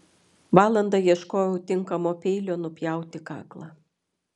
valandą ieškojau tinkamo peilio nupjauti kaklą